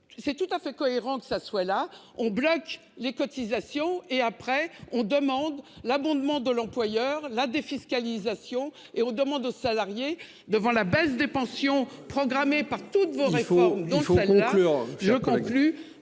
C'est tout à fait cohérent que ça soit là on. Les cotisations et après on demande l'abondement de l'employeur. La défiscalisation et on demande aux salariés. Devant la baisse des pensions programmé par toutes vos efforts, il faut conclure. Je conclus